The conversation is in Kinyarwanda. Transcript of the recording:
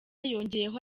yongeyeho